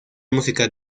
música